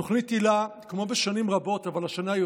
תוכנית היל"ה, כמו בשנים רבות אבל השנה יותר,